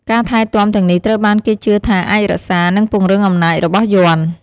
ការថែទាំទាំងនេះ ត្រូវបានគេជឿថាអាចរក្សា និងពង្រឹងអំណាចរបស់យ័ន្ត។